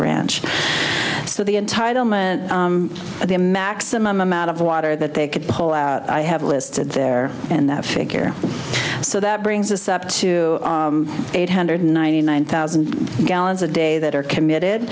ranch so the entitlement at the maximum amount of water that they could pull out i have listed there and that figure so that brings us up to eight hundred ninety nine thousand gallons a day that are committed